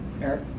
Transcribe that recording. Eric